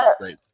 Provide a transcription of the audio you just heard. great